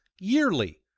yearly